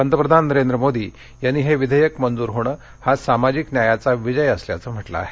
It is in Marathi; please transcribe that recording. पंतप्रधान नरेंद्र मोदी यांनी हे विधेयक मंजूर होणं हा सामाजिक न्यायाचा विजय असल्याचं म्हटलं आहे